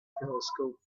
telescope